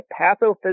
pathophysiology